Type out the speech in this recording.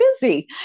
busy